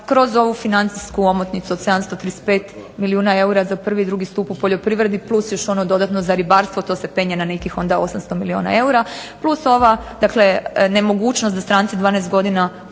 kroz ovu financijsku omotnicu od 735 milijuna eura za prvi i drugi stup u poljoprivredi plus još ono dodatno za ribarstvo to se penje na nekih onda 800 milijuna eura, plus ova dakle nemogućnost da stranci 12 godina kupe